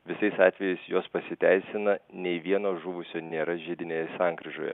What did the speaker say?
visais atvejais jos pasiteisina nei vieno žuvusio nėra žiedinėje sankryžoje